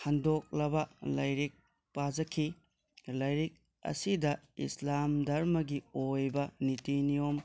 ꯍꯟꯗꯣꯛꯂꯕ ꯂꯥꯏꯔꯤꯛ ꯄꯥꯖꯈꯤ ꯂꯥꯏꯔꯤꯛ ꯑꯁꯤꯗ ꯏꯁꯂꯥꯝ ꯙꯔꯃꯒꯤ ꯑꯣꯏꯕ ꯅꯤꯇꯤ ꯅꯤꯌꯣꯝ